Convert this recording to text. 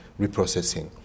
reprocessing